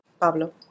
Pablo